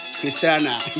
Christiana